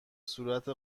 صورت